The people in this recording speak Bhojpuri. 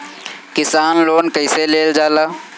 किसान लोन कईसे लेल जाला?